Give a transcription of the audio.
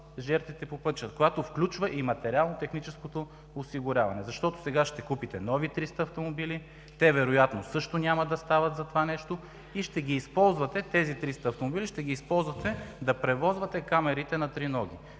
жертвите по пътищата, която включва и материално-техническото осигуряване. Защото сега ще купите нови 300 автомобили, те вероятно също няма да стават за това нещо и ще използвате тези 300 автомобили да превозвате камерите на триноги.